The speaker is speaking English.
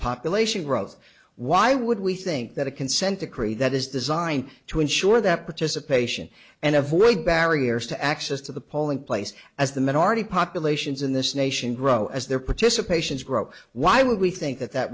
population growth why would we think that a consent decree that is designed to ensure that participation and avoid barriers to access to the polling place as the minority populations in this nation grow as their participations grow why would we think that that